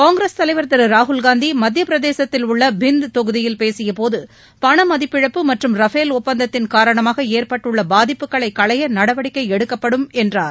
காங்கிரஸ் தலைவர் திரு ராகுல்காந்தி மத்தியப்பிரதேசத்தில் உள்ள பிந்த் தொகுதியில் பேசியபோது பணமதிப்பிழப்பு மற்றும் ரஃபேல் ஒப்பந்தத்தின் காரணமாக ஏற்பட்டுள்ள பாதிப்புகளை களைய நடவடிக்கை எடுக்கப்படும் என்றார்